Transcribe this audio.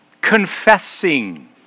confessing